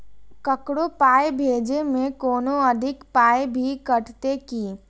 ककरो पाय भेजै मे कोनो अधिक पाय भी कटतै की?